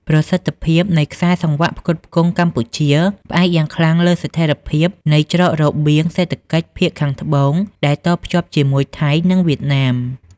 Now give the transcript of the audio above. ប្រសិទ្ធភាពនៃខ្សែសង្វាក់ផ្គត់ផ្គង់កម្ពុជា ផ្អែកយ៉ាងខ្លាំងលើស្ថិរភាពនៃច្រករបៀងសេដ្ឋកិច្ចភាគខាងត្បូងដែលតភ្ជាប់ជាមួយថៃ និងវៀតណាម។